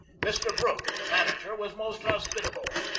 mr. brook, the manager, was most hospitable.